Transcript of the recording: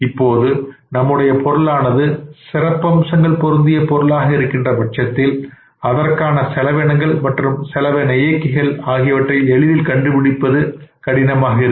இப்போது நம்முடைய பொருளானது சிறப்பம்சங்கள் பொருந்திய பொருளாக இருக்கின்ற பட்சத்தில் அதற்கான செலவினங்கள் மற்றும் செலவின இயக்கிகள் ஆகியவற்றை எளிதில் கண்டுபிடிப்பது கடினமாக இருக்கும்